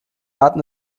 staaten